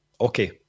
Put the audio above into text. Okay